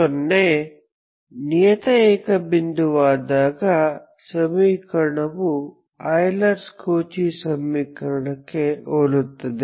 0 ನಿಯತ ಏಕ ಬಿಂದುವಾದಾಗ ಸಮೀಕರಣವು ಯೂಲರ್ ಕೌಚಿ ಸಮೀಕರಣಕ್ಕೆ ಹೋಲುತ್ತದೆ